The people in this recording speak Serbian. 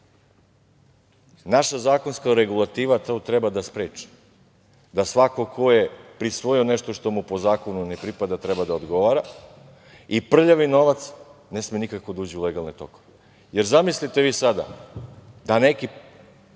Naša zakonska regulativa to treba da spreči. Svako ko je prisvojio nešto što mu po zakonu ne pripada treba da odgovara i prljavi novac ne sme nikako da uđe u legalne tokove. Zamislite vi sada da neko